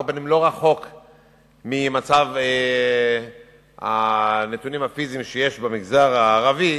אבל לא רחוק ממצב הנתונים הפיזיים שיש במגזר הערבי,